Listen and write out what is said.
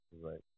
Right